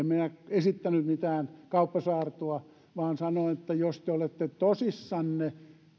esittänyt mitään kauppasaartoa vaan sanoin että jos te olisitte tosissanne